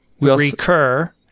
recur